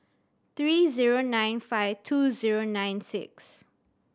three zero nine five two zero nine six